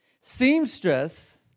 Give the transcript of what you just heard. seamstress